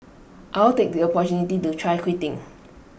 I'll take the opportunity to try quitting